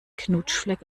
knutschfleck